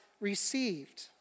received